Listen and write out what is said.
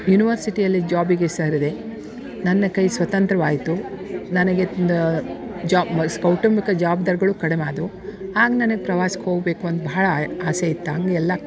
ಯೂನಿವರ್ಸಿಟಿಯಲ್ಲಿ ಜಾಬಿಗೆ ಸೇರಿದೆ ನನ್ನ ಕೈ ಸ್ವತಂತ್ರವಾಯಿತು ನನಗೆ ಒಂದು ಜಾಬ್ ಕೌಟುಂಬಿಕ ಜವಾಬ್ದಾರಿಗಳು ಕಡಿಮೆ ಆದವು ಆಗ ನನ್ಗೆ ಪ್ರವಾಸಕ್ಕೆ ಹೋಗಬೇಕು ಅಂತ ಭಾಳ ಆಸೆ ಇತ್ತ ಹಂಗೆ ಎಲ್ಲ